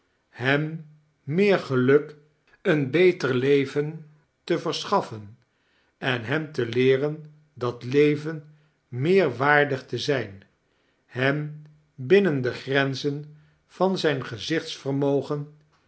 hem meer geluk een beter leven te verschaffen en hem te leeren dat leven meer waardig te zijn hem binnen de grenzen van zijn